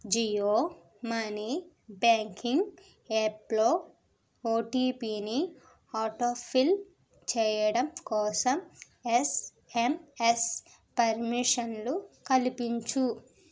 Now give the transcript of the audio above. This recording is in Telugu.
జియో మనీ బ్యాంకింగ్ యాప్లో ఓటీపీని ఆటోఫీల్ చెయ్యడం కోసం ఎస్ఎంఎస్ పర్మిషన్లు కల్పించు